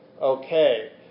okay